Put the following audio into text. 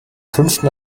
fünften